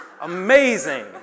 amazing